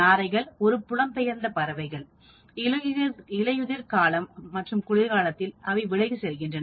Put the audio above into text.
நாரைகள் ஒரு புலம்பெயர்ந்த பறவைகள் இலையுதிர் மற்றும் குளிர்காலத்தில் அவை விலகிச் செல்கின்றன